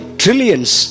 trillions